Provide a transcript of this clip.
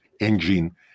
engine